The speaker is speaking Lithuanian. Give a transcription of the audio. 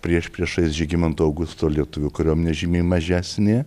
priešprieša ir žygimanto augusto lietuvių kariuomenė žymiai mažesnė